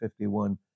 51